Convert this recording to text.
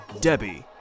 Debbie